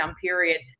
period